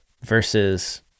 versus